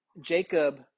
Jacob